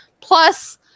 Plus